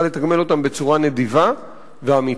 היא צריכה לתגמל אותם בצורה נדיבה ואמיתית,